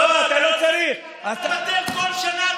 אז תוותר כל שנה.